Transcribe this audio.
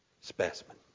specimen